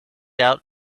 out